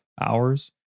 hours